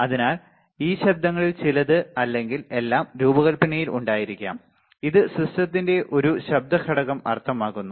അതിനാൽ ഈ ശബ്ദങ്ങളിൽ ചിലത് അല്ലെങ്കിൽ എല്ലാം രൂപകൽപ്പനയിൽ ഉണ്ടായിരിക്കാം ഇത് സിസ്റ്റത്തിന് ഒരു ശബ്ദ ഘടകം അർത്ഥമാക്കുന്നു